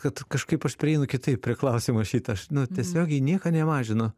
kad kažkaip aš prieinu kitaip prie klausimo šito aš nu tiesiogiai nieko nemažinu